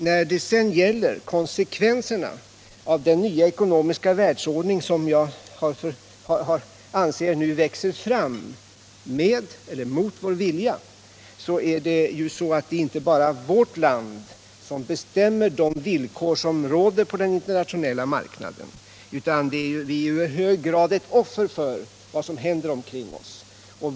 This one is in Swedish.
När det sedan gäller konsekvenserna av den nya ekonomiska världsordning som jag anser nu växer fram, med eller mot vår vilja, är det ju så att det inte är bara vårt land som bestämmer de villkor som råder på den internationella marknaden. Vi är i hög grad ett offer för vad som händer omkring oss.